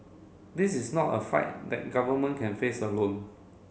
this is not a fight that government can face alone